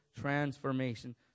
transformation